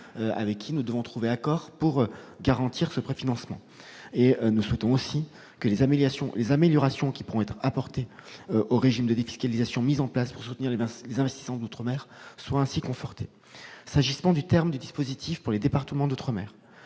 il importe de trouver un accord pour garantir ledit préfinancement. Nous souhaitons aussi que les améliorations qui pourront être apportées au régime de défiscalisation mis en place pour soutenir les investissements en outre-mer soient ainsi confortées. S'agissant de la date de fin du dispositif pour les départements d'outre-mer,